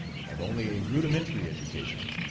have only a rudimentary education,